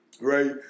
right